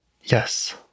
Yes